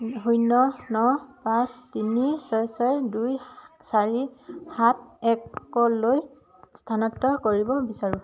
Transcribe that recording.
শূন্য ন পাঁচ তিনি ছয় ছয় দুই চাৰি সাত একলৈ স্থানান্তৰ কৰিব বিচাৰো